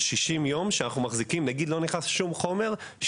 60 יום שאנחנו מחזיקים בלי שנכנס שום חומר,